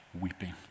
weeping